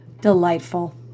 Delightful